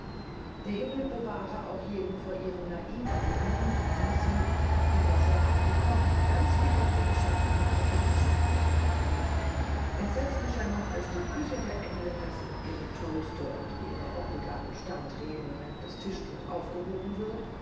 der himmel bewahre auch jeden vor ihren naiven gemüsen die sie in wasser abgekocht ganz wie gott sie erschaffen hat auf den tisch bringen entsetzlicher noch als die küche der engländer sind ihre toaste und ihre obligaten standreden wenn das tischtuch aufgehoben wird